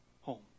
home